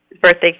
birthday